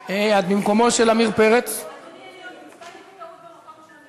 סטודנטים ארצי יציג),